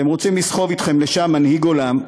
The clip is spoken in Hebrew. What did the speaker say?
אתם רוצים לסחוב אתכם לשם מנהיג עולם,